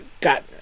got